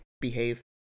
behave